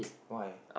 why